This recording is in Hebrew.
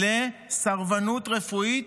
לסרבנות רפואית,